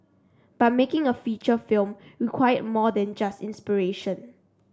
but making a feature film required more than just inspiration